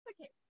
Okay